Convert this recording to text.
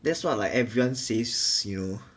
that's what like everyone says you know